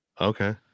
Okay